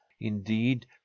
Indeed